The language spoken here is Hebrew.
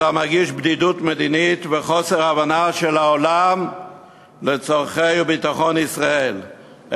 ואתה מרגיש בדידות מדינית וחוסר הבנה של העולם לצורכי ביטחון ישראל,